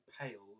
pale